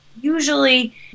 Usually